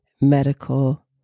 medical